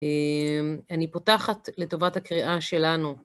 אני פותחת לטובת הקריאה שלנו.